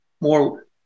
more